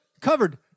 Covered